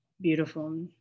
Beautiful